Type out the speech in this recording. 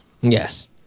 yes